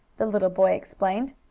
the little boy explained.